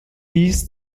dies